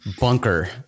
bunker